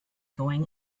going